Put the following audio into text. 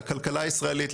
לכלכלה הישראלית,